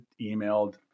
emailed